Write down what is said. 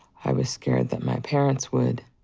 i was scared that my parents would.